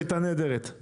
היא הייתה נהדרת,